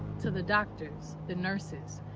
to the doctors, the nurses,